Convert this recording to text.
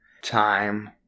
time